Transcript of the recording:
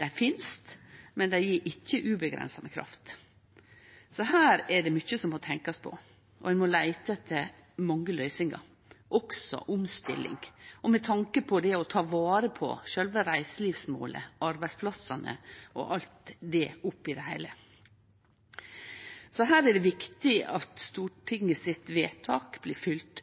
Dei finst, men dei gjev ikkje uavgrensa med kraft. Her er det mykje som må tenkjast på, og ein må leite etter mange løysingar, også omstilling, når det gjeld å ta vare på sjølve reiselivsmålet og arbeidsplassane oppe i det heile. Det er viktig at Stortinget sitt vedtak blir